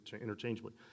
interchangeably